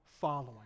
following